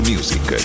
Music